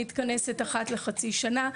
היא מתכנסת אחת לחצי שנה.